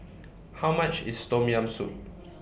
How much IS Tom Yam Soup